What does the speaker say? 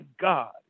God